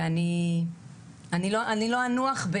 אני לא אנוח,